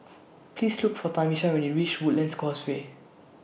Please Look For Tamisha when YOU REACH Woodlands Causeway